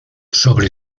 sobre